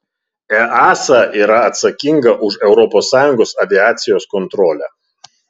easa yra atsakinga už europos sąjungos aviacijos kontrolę